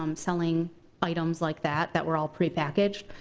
um selling items like that, that were all prepackaged.